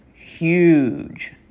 huge